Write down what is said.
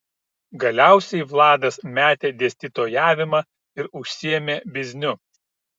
galiausiai vladas metė dėstytojavimą ir užsiėmė bizniu